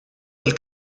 del